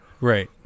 Right